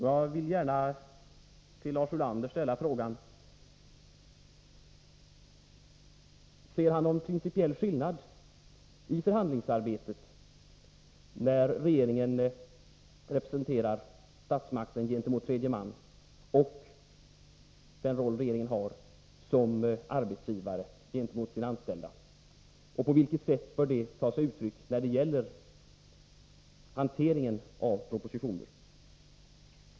Jag vill gärna fråga Lars Ulander: Ser Lars Ulander någon principiell Nr 32 skillnad i förhandlingsarbetet när regeringen representerar statsmakten Torsdagen den gentemot tredje man och när regeringen har rollen av arbetsgivare gentemot 24 november 1983 sina anställda? På vilket sätt bör i så fall denna skillnad ta sig uttryck när det gäller hanteringen av propositioner?